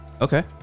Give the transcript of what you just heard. okay